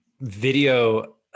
video